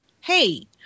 Hey